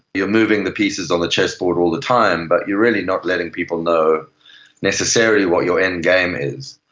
you're moving the pieces on the chessboard all the time but you're really not letting people know necessarily what your end game is.